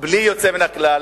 בלי יוצא מהכלל,